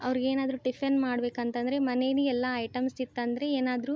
ಅವ್ರ್ಗೆ ಏನಾದರೂ ಟಿಫನ್ ಮಾಡಬೇಕಂತಂದ್ರೆ ಮನೇಲಿ ಎಲ್ಲ ಐಟಮ್ಸ್ ಇತ್ತಂದ್ರೆ ಏನಾದರೂ